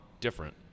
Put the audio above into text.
different